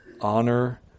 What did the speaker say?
honor